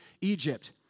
Egypt